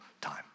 time